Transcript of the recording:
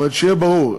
שיהיה ברור.